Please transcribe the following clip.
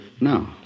No